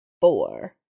four